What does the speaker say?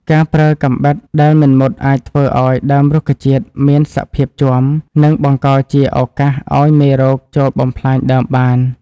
ការប្រើកាំបិតដែលមិនមុតអាចធ្វើឱ្យដើមរុក្ខជាតិមានសភាពជាំ និងបង្កជាឱកាសឱ្យមេរោគចូលបំផ្លាញដើមបាន។